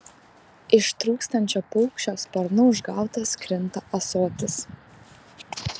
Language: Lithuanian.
ištrūkstančio paukščio sparnu užgautas krinta ąsotis